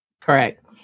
Correct